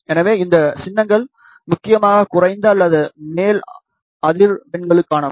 எனவே இந்த சின்னங்கள் முக்கியமாக குறைந்த அல்லது மேல் அதிர்வெண்களுக்கானவை